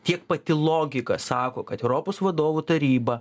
tiek pati logika sako kad europos vadovų taryba